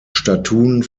statuen